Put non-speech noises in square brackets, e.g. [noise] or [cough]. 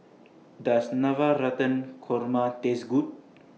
Does [unintelligible] Korma Taste Good